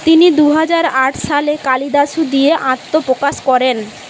তিনি দু হাজার আট সালে কালিদাসু দিয়ে আত্মপ্রকাশ করেন